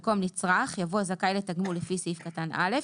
במקום "נצרך" יבוא "זכאי לתגמול לפי סעיף קטן (א)".